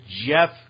jeff